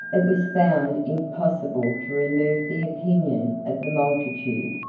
it was found impossible to remove the opinion of the multitude,